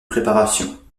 préparation